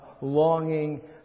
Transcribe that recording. longing